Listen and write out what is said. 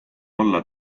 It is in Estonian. olla